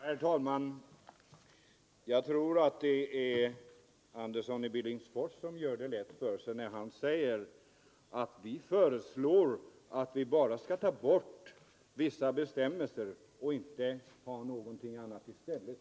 Herr talman! Jag tror att det är herr Andersson i Billingsfors som gör det lätt för sig när han säger att vi föreslår att man bara skall ta bort vissa bestämmelser och inte ha någonting annat i stället.